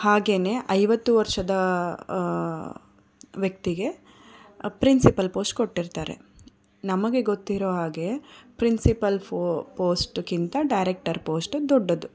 ಹಾಗೆಯೇ ಐವತ್ತು ವರ್ಷದ ವ್ಯಕ್ತಿಗೆ ಪ್ರಿನ್ಸಿಪಲ್ ಪೋಸ್ಟ್ ಕೊಟ್ಟಿರ್ತಾರೆ ನಮಗೆ ಗೊತ್ತಿರೋ ಹಾಗೆ ಪ್ರಿನ್ಸಿಪಲ್ ಫೋ ಪೋಸ್ಟ್ಗಿಂತ ಡೈರೆಕ್ಟರ್ ಪೋಸ್ಟ್ ದೊಡ್ಡದು